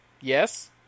Yes